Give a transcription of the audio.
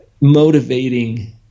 motivating